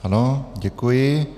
Ano, děkuji.